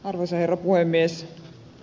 arvoisa herra puhemies